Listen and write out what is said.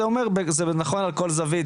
וזה נכון על כל זווית.